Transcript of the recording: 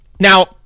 Now